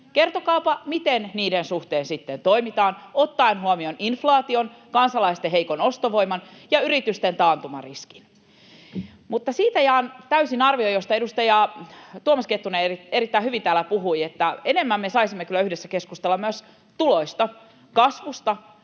Kertokaapa, miten niiden suhteen sitten toimitaan ottaen huomioon inflaatio, kansalaisten heikko ostovoima ja yritysten taantumariski. Mutta siitä jaan arvion täysin, josta edustaja Tuomas Kettunen erittäin hyvin täällä puhui, että enemmän me saisimme kyllä yhdessä keskustella myös tuloista, kasvusta,